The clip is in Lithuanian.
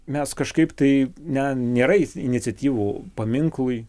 mes kažkaip tai ne nėra iniciatyvų paminklui